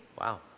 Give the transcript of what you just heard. Wow